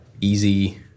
easy